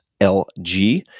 lg